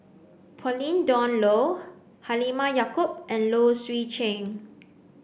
Pauline Dawn Loh Halimah Yacob and Low Swee Chen